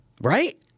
Right